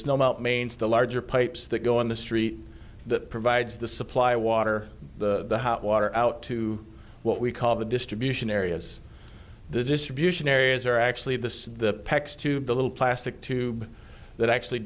snow melt means the larger pipes that go on the street that provides the supply water the water out to what we call the distribution areas the distribution areas are actually the next to bill little plastic tube that actually